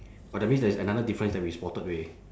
but that means there is another difference that we spotted already